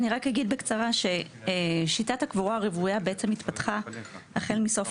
אני רק אגיד בקצרה ששיטת הקבורה הרוויה בעצם התפתחה החל מסוף